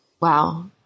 wow